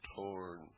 torn